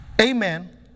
Amen